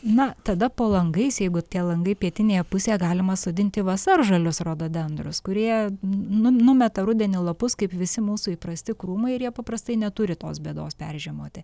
na tada po langais jeigu tie langai pietinėje pusėje galima sodinti vasaržalius rododendrus kurie nu numeta rudenį lapus kaip visi mūsų įprasti krūmai ir jie paprastai neturi tos bėdos peržiemoti